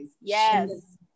yes